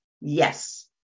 yes